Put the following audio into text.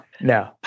no